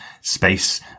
space